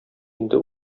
инде